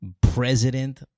President